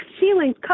ceilings